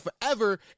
forever